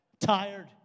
Tired